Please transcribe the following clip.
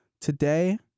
today